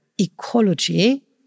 ecology